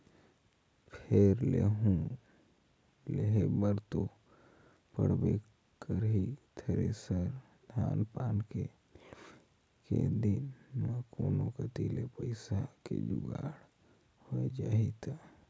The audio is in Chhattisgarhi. फेर लेहूं लेहे बर तो पड़बे करही थेरेसर, धान पान के लुए के दिन मे कोनो कति ले पइसा के जुगाड़ होए जाही त